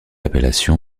appellation